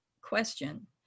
question